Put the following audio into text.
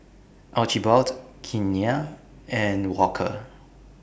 Archibald Keanna and Walker